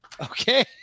Okay